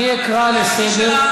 אני אקרא לסדר.